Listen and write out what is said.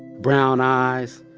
brown eyes.